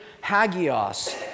hagios